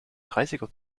dreißiger